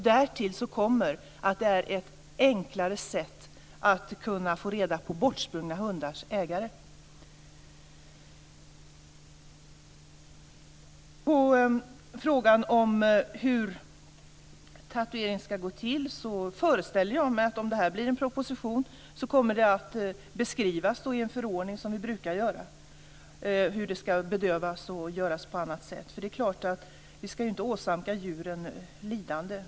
Därtill kommer att det är ett enklare sätt att få reda på bortsprungna hundars ägare. Sedan var det frågan om hur tatueringen ska gå till. Jag föreställer mig att i samband med propositionen kommer detta att beskrivas i en förordning, dvs. hur bedövning osv. ska gå till. Vi ska inte åsamka djuren lidande.